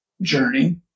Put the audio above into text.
journey